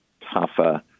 tougher